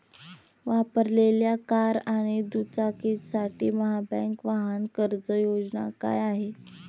वापरलेल्या कार आणि दुचाकीसाठी महाबँक वाहन कर्ज योजना काय आहे?